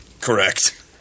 Correct